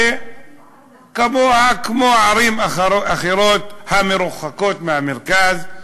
שכמו ערים אחרות המרוחקות מהמרכז,